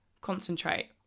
concentrate